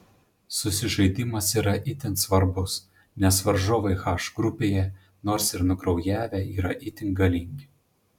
susižaidimas yra itin svarbus nes varžovai h grupėje nors ir nukraujavę yra itin galingi